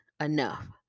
enough